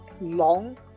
long